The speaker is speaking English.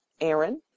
Aaron